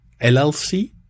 LLC